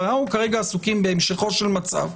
אבל אנחנו כרגע עסוקים בהמשכו של מצב.